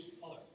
color